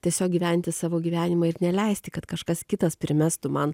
tiesiog gyventi savo gyvenimą ir neleisti kad kažkas kitas primestų man